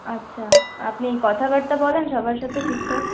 আচ্ছা আপনি কথাবার্তা বলেন সবার সাথে ঠিক ঠাক